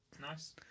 Nice